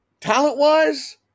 talent-wise